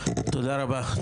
תודה רבה,